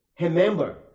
remember